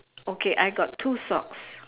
okay I got two socks